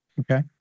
Okay